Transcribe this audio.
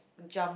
jump